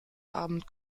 abend